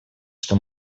что